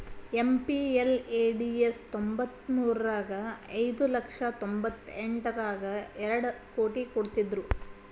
MPLADS ತ್ತೊಂಬತ್ಮುರ್ರಗ ಐದು ಲಕ್ಷ ತೊಂಬತ್ತೆಂಟರಗಾ ಎರಡ್ ಕೋಟಿ ಕೊಡ್ತ್ತಿದ್ರು